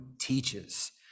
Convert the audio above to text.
teaches